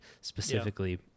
specifically